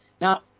Now